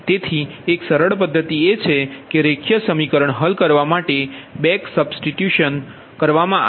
તેથી એક સરળ પદ્ધતિ એ છે કે રેખીય સમીકરણ હલ કરવા માટે બેક સબસ્ટિટુશન કરવા મા આવે